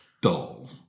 dull